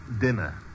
Dinner